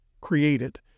created